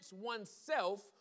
oneself